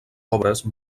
obres